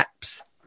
apps